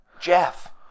Jeff